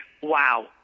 Wow